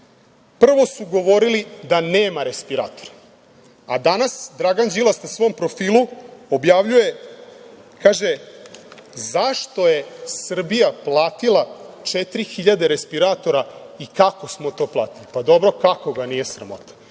Prvo su govorili da nema respiratora, a danas Dragan Đilas na svom profilu objavljuje – zašto je Srbija platila četiri hiljade respiratora i kako smo to platili? Pa dobro, kako ga nije sramota?